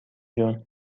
جون